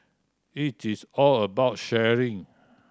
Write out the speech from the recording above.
it is all about sharing